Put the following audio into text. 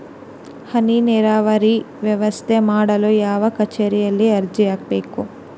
ಹನಿ ನೇರಾವರಿ ವ್ಯವಸ್ಥೆ ಮಾಡಲು ಯಾವ ಕಚೇರಿಯಲ್ಲಿ ಅರ್ಜಿ ಹಾಕಬೇಕು?